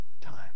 time